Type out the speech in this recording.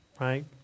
right